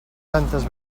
tantes